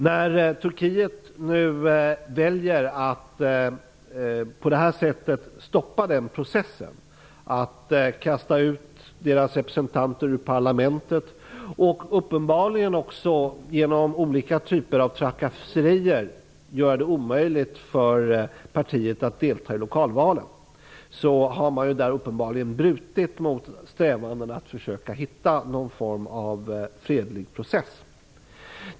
När Turkiet nu väljer att på det här sättet stoppa den processen, genom att kasta ut kurdernas representanter ur parlamentet och också genom att med olika typer av trakasserier göra det omöjligt för detta parti att delta i lokalvalen, har man uppenbarligen brutit mot strävandena efter att hitta någon form av fredlig process.